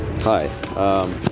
Hi